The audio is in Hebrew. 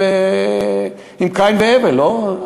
עם קין והבל, לא?